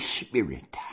spirit